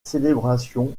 célébrations